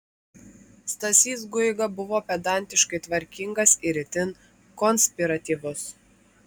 stasys guiga buvo pedantiškai tvarkingas ir itin konspiratyvus